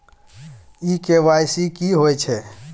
इ के.वाई.सी की होय छै?